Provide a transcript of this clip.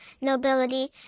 nobility